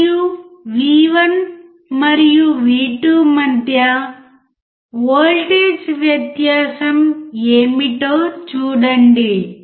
మరియు V1 మరియు V2 మధ్య వోల్టేజ్ వ్యత్యాసం ఏమిటో చూడండి